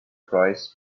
price